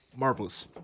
Marvelous